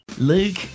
Luke